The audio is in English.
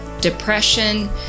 depression